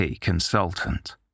consultant